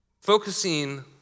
Focusing